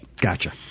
Gotcha